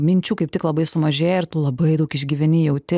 minčių kaip tik labai sumažėja ir tu labai daug išgyveni jauti